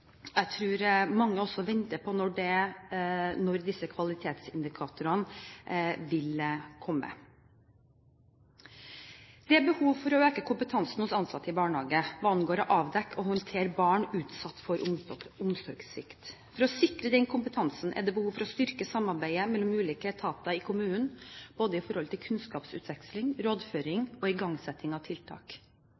Jeg tror mange lurer på når disse kvalitetsindikatorene vil komme. Det er behov for å øke kompetansen hos ansatte i barnehagene hva angår å avdekke omsorgssvikt og håndtere barn utsatt for dette. For å sikre den kompetansen er det behov for å styrke samarbeidet mellom ulike etater i kommunen, både når det gjelder kunnskapsutveksling, rådføring